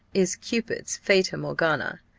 is cupid's fata morgana.